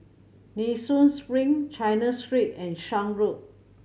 Nee Soon Spring China Street and Shan Road